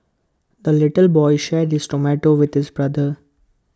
the little boy shared this tomato with this brother